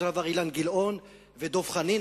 אותו הדבר אילן גילאון ודב חנין.